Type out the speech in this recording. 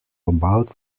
about